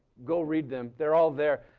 go read them. they're all there.